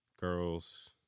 girls